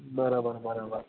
બરાબર બરાબર